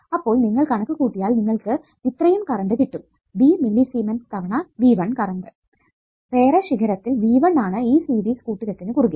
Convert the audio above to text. അപ്പോൾ നിങ്ങൾ കണക്ക് കൂട്ടിയാൽ നിങ്ങൾക്ക് ഇത്രയും കറണ്ട് കിട്ടും b മില്ലിസീമെൻ തവണ 1 കറണ്ട് വേറെ ശിഖരത്തിൽ V1 ആണ് ഈ സീരീസ് കൂട്ടുകെട്ടിന് കുറുകെ